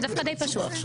זה דווקא די פשוט.